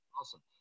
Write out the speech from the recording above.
Awesome